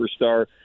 superstar